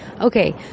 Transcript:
Okay